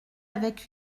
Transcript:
avec